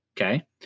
Okay